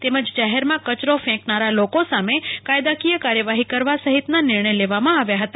તેમજ જાહેરમાં કચરો ફેંકનારા લોકો સામે કાયદાકીય કાર્યવાહી કરવા સહિતના નિર્ણય લેવાયા હતા